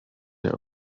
der